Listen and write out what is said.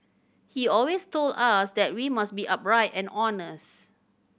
he always told us that we must be upright and honest